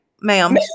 Ma'am